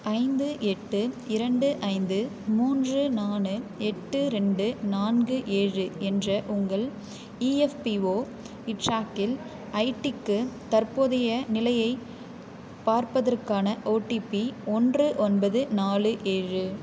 ஐந்து எட்டு இரண்டு ஐந்து மூன்று நாலு எட்டு ரெண்டு நான்கு ஏழு என்ற உங்கள் இஎஃப்பிஓ ட்ராக்கிங் ஐடிக்கு தற்போதைய நிலையைப் பார்ப்பதற்கான ஓடிபி ஒன்று ஒன்பது நாலு ஏழு